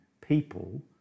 people